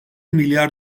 milyar